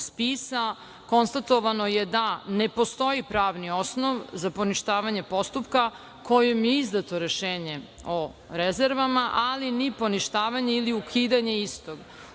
spisa konstatovano je da ne postoji pravni osnov za poništavanje postupka kojim je izdato rešenje o rezervama, ali ni poništavanje ili ukidanje istog.